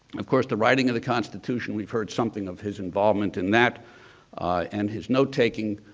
of course, the writing of the constitution, we've heard something of his involvement in that and his notetaking.